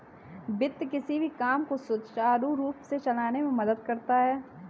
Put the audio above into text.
वित्त किसी भी काम को सुचारू रूप से चलाने में मदद करता है